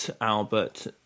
Albert